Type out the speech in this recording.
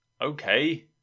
Okay